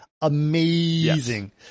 amazing